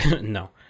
No